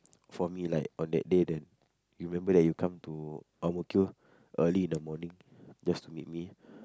for me like on that day that you remember that you come to ang-mo-kio early in the morning just to meet me